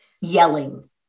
yelling